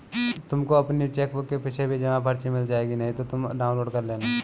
तुमको अपनी चेकबुक के पीछे भी जमा पर्ची मिल जाएगी नहीं तो तुम डाउनलोड कर लेना